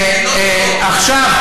בבקשה.